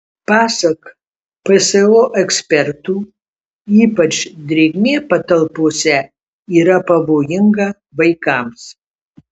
pasak pso ekspertų ypač drėgmė patalpose yra pavojinga vaikams